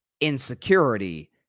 insecurity